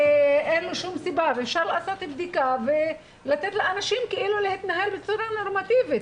אפשר לעשות בדיקה ולתת לאנשים להתנהל בצורה נורמטיבית.